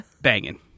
Banging